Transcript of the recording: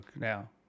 now